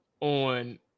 on